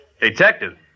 Detective